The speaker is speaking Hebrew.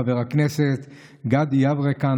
חבר הכנסת גדי יברקן,